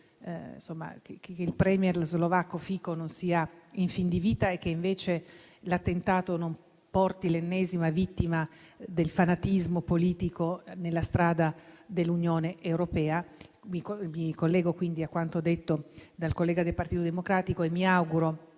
che il *premier* slovacco Fico non sia in fin di vita e che l'attentato non porti all'ennesima vittima del fanatismo politico sulla strada dell'Unione europea. Mi collego quindi a quanto detto dal collega del Partito Democratico e mi auguro